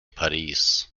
paris